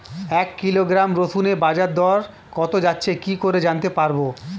এক কিলোগ্রাম রসুনের বাজার দর কত যাচ্ছে কি করে জানতে পারবো?